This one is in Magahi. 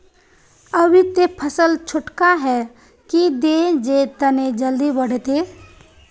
अभी ते फसल छोटका है की दिये जे तने जल्दी बढ़ते?